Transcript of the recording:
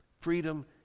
Freedom